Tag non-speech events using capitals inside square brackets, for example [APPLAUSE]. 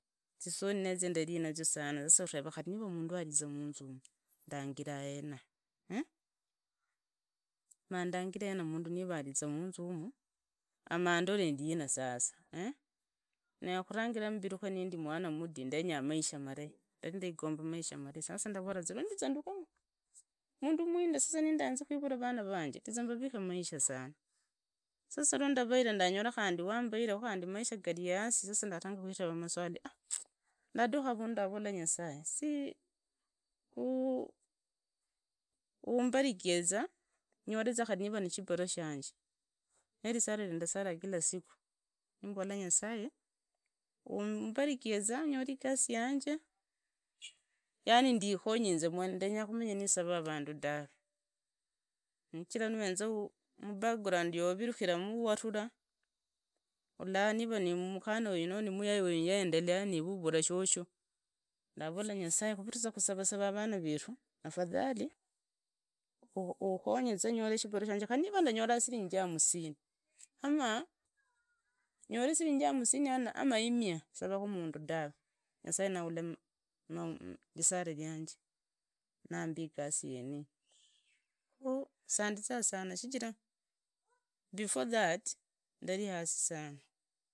Zisoni nee ndari nazio sana, sasa ureva khari niva mundu ainze munza yumu, ndangira hena mmh, muandanyire hena niva mundu ariza manzu umu amaandore ndina sasa, na khuranyira nindi mwana muti ndenyanga maisha marai ndari ndigomba maisha murai. Sasa ndivolanza sasa wandiza ndakhe mundu muriendea zimekhuivura ndangola khandi, wambaira maisha gari hasi sasa ndulanga khuiveva maswali [HESITATION] nitadhuka avundu nimbella nyasaye, umbirikivoza nyole khari niva nishibaru shanje, nee sisala ria ridakila kila ridhakhu, nimboke nyasaye, umburikiza nyole igasi yanje yani ndikhogeza inzi mwene, mbure khumenya nisavaa vandu tawe, shichira nuhenza mubaground yawavirukhiramu waruraa ulla nivu nimukhana wenyu, noo nimuyai wenyu yaondelea, niive uvulu shusho, ndavola nyasaye khuririza khusavasava vana, veru, ukhonyeza nyore shiurarua. Shanje khari niva ndanyole shininji hamusini amaa nyore siringi hamusani ama imia savakhu mundu tave, nyasaye nahulle risala rianje numbi igasi yeniyi, khu sandiza nyasaye, before that ndari hasi sana.